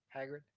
Hagrid